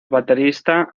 baterista